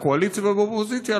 בקואליציה ובאופוזיציה,